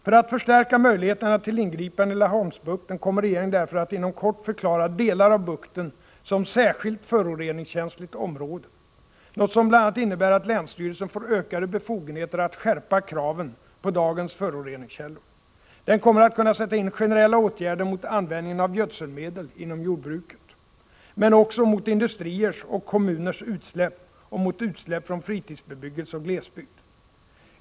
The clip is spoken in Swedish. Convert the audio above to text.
För att förstärka möjligheterna till ingripande i Laholmsbukten kommer regeringen därför att inom kort förklara delar av bukten som särskilt föroreningskänsligt område, något som bl.a. innebär att länsstyrelsen får ökade befogenheter att kraftigt skärpa kraven på dagens föroreningskällor. Den kommer att kunna sätta in generella åtgärder mot användningen av gödselmedel inom jordbruket men också mot industriers och kommuners utsläpp och mot utsläpp från fritidsbebyggelse och glesbygd.